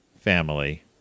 family